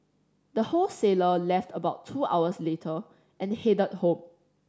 the wholesaler left about two hours later and headed home